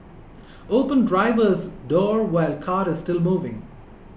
open driver's door while car is still moving